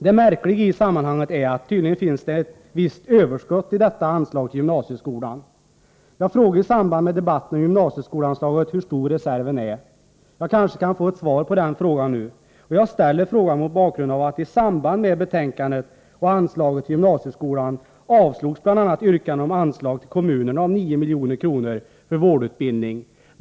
Det märkliga i sammanhanget är, att det tydligen finns ett visst överskott i detta anslag till gymnasieskolan. Jag frågade i samband med debatten om gymnasieskoleanslaget, hur stor reserven är. Jag kanske kan få ett svar på den frågan nu. Jag ställer frågan mot bakgrund av att i samband med betänkandet och anslaget till gymnasieskolan avslogs bl.a. yrkande om anslag till kommunerna om 9 milj.kr. för vårdutbildning.